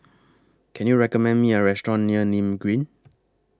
Can YOU recommend Me A Restaurant near Nim Green